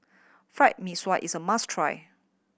Fried Mee Sua is a must try